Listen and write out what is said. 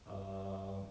um